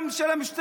גם של המשותפת,